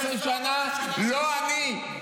אתה היית שר, אתם בממשלה 15 שנה, לא אני.